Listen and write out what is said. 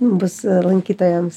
bus lankytojams